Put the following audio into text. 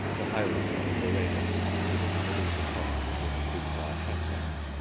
the high altar and reredos stood in the middle of the choir between the two choir transepts,